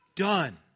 done